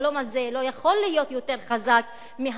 החלום הזה לא יכול להיות יותר חזק מהמציאות,